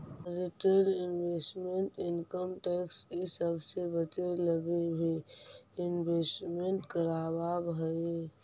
retail investor income tax इ सब से बचे लगी भी इन्वेस्टमेंट करवावऽ हई